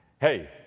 Hey